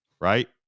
right